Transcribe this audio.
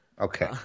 Okay